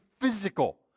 physical